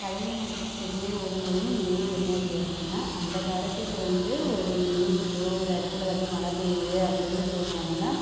பழைய மற்றும் புதிய ஊடகங்களின் இடையே என்ன வித்தியாசம்னால் அந்த காலத்தில் வந்து ஒரு நியூஸ்ஸு இப்போது ஒரு இடத்துல வந்து மழை பெய்யுது அப்படின்னு சொன்னாங்கன்னால்